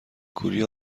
کوری